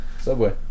Subway